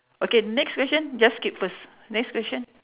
okay next question just skip first next question